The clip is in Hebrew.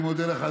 אני מודה לך,